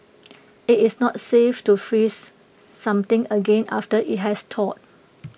IT is not safe to freeze something again after IT has thawed